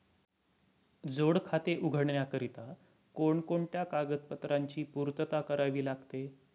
जोड खाते उघडण्याकरिता कोणकोणत्या कागदपत्रांची पूर्तता करावी लागते?